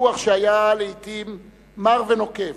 ויכוח שהיה לעתים מר ונוקב,